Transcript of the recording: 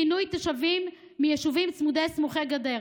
פינוי תושבים מיישובים צמודי גדר וסמוכי גדר.